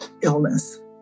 illness